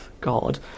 God